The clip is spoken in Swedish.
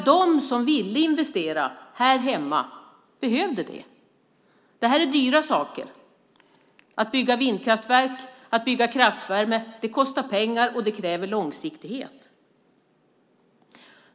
De som ville investera här hemma behövde nämligen det. Det här är dyra saker. Att bygga vindkraftverk och att bygga kraftvärme kostar pengar, och det kräver långsiktighet.